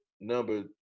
number